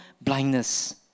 blindness